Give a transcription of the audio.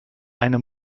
eine